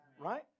Right